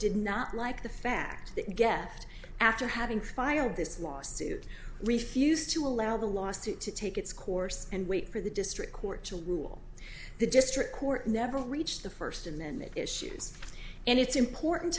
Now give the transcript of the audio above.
did not like the fact that guest after having fired this lawsuit refused to allow the lawsuit to take its course and wait for the district court to rule the district court never reached the first amendment issues and it's important